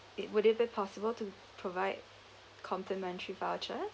it would it be possible to provide complimentary voucher